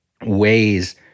ways